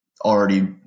already